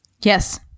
Yes